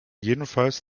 jedenfalls